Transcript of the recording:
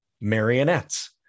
marionettes